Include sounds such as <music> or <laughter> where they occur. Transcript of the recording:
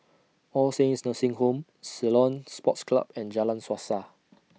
All Saints Nursing Home Ceylon Sports Club and Jalan Suasa <noise>